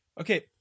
Okay